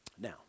Now